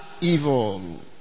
evil